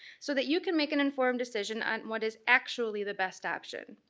so that you can make an informed decision on what is actually the best option.